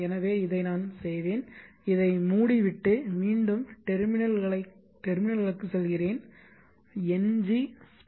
எனவே இதை நான் செய்வேன் இதை மூடிவிட்டு மீண்டும் டெர்மினல்களுக்கு செல்கிறேன் ngspice svpwm